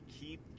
keep